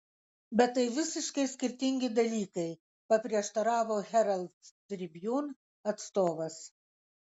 bet tai visiškai skirtingi dalykai paprieštaravo herald tribune atstovas